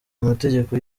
amategeko